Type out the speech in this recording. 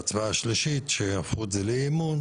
בהצבעה השלישית שהפכו את זה לאמון,